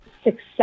success